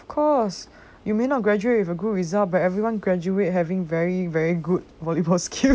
of course you may not graduate with a good result but everyone graduate having very very good volleyball skills